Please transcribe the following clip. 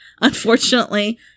Unfortunately